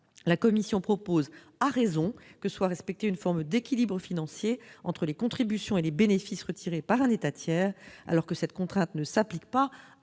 La Commission européenne propose, avec raison, que soit respectée une forme d'équilibre financier entre les contributions et les bénéfices retirés par un État tiers, alors que cette contrainte ne s'applique pas